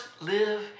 live